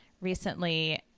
recently